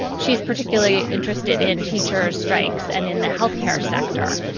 she's particularly interested in teachers' strikes and in the health care sector,